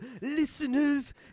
listeners